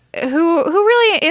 who who really,